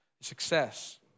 success